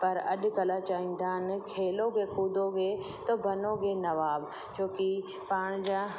पर अॼुकल्ह चवंदा आहिनि खेलोगे कुदोगे तो बनोगे नवाब छोकी पंहिंजा